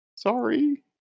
Sorry